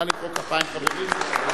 נא למחוא כפיים, חברים.